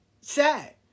Sad